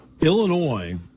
Illinois